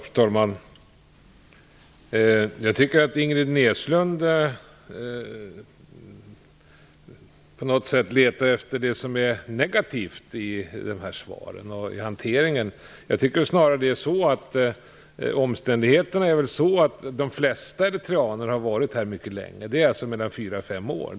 Fru talman! Jag tycker att Ingrid Näslund är inriktad på att leta efter det som är negativt i de lämnade beskeden och i hanteringen av ärendena. De flesta eritreaner har varit här mycket länge, mellan fyra och fem år.